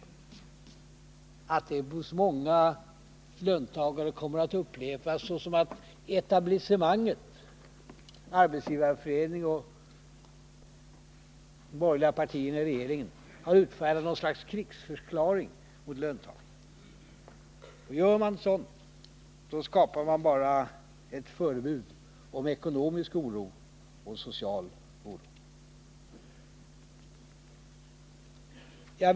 Detta kommer hos många löntagare att upplevas som att etablissemanget — Arbetsgivareföreningen och de borgerliga partierna i regeringen — har utfärdat något slags krigsförklaring mot löntagarna. Gör man sådant, skapar man bara ett förebud om ekonomisk och social oro.